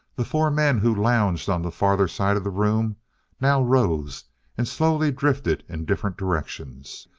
the four men who lounged on the farther side of the room now rose and slowly drifted in different directions.